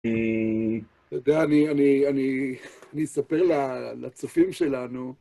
אתה יודע, אני אספר לצופים שלנו...